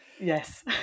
Yes